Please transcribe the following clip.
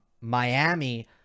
Miami